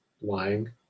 lying